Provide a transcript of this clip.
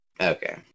Okay